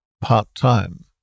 part-time